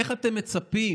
איך אתם מצפים